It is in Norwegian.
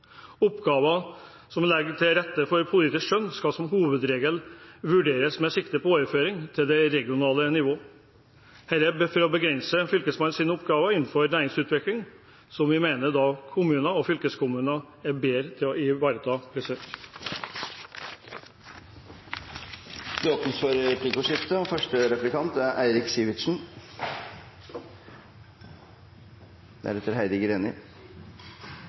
Oppgaver som legger til rette for bruk av politisk skjønn, kan som hovedregel vurderes med sikte på overføring til regionalt folkevalgt nivå. Det bør vurderes å begrense fylkesmennenes oppgaver innenfor næringsutvikling, som vi mener kommuner og fylkeskommuner er bedre til å ivareta. Det blir replikkordskifte. Saksordføreren har gjort seg kjent som en venn av fylkeskommunene og reist land og strand rundt og talt varmt for